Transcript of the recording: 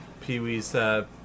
Pee-wee's